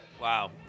Wow